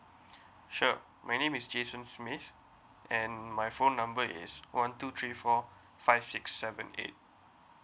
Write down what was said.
sure my name is jason smith and my phone number is one two three four five six seven eight